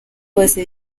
bose